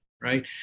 right